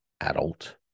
adult